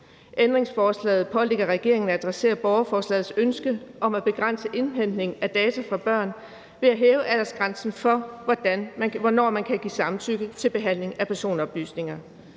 Ændringsforslaget pålægger regeringen at adressere borgerforslagets ønske om at begrænse indhentning af data fra børn ved at hæve aldersgrænsen for, hvornår man kan give samtykke til behandling af personoplysninger.